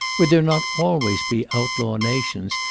would there not always be outlaw nations,